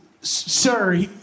sir